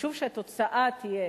חשוב שהתוצאה תהיה